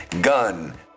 Gun